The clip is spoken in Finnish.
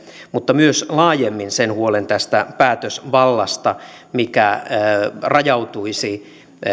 mutta myös laajemmin sen huolen tästä päätösvallasta mikä rajautuisi